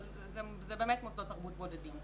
אבל זה באמת מוסדות תרבות בודדים.